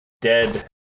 dead